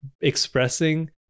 expressing